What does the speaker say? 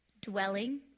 dwelling